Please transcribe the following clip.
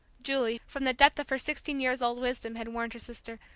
julie, from the depth of her sixteen years-old wisdom had warned her sister.